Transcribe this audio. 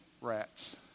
rats